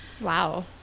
Wow